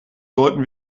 sollten